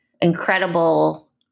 incredible